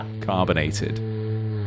carbonated